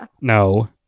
No